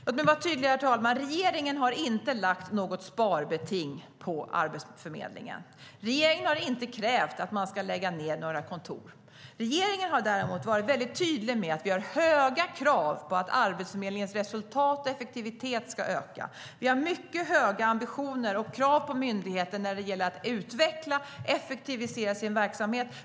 Herr talman! Låt mig vara tydlig. Regeringen har inte lagt fram något sparbeting på Arbetsförmedlingen. Regeringen har inte krävt att man ska lägga ned några kontor. Regeringen har däremot varit mycket tydlig med att vi har höga krav på att Arbetsförmedlingens resultat och effektivitet ska öka. Vi har mycket höga ambitioner och krav på myndigheten när det gäller att man ska utveckla och effektivisera sin verksamhet.